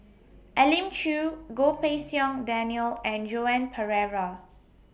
Elim Chew Goh Pei Siong Daniel and Joan Pereira